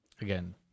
Again